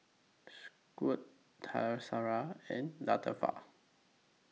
Shuib Qaisara and Latifa